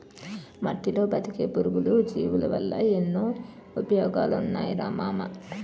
మట్టిలో బతికే పురుగులు, జీవులవల్ల ఎన్నో ఉపయోగాలున్నాయిరా మామా